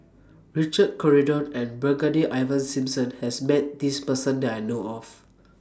Richard Corridon and Brigadier Ivan Simson has Met This Person that I know of